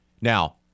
Now